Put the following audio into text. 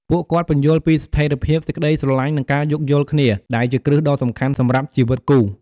ពួកគាត់ពន្យល់ ពីស្ថិរភាព សេចក្ដីស្រឡាញ់ និងការយោគយល់គ្នា ដែលជាគ្រឹះដ៏សំខាន់សម្រាប់ជីវិតគូ។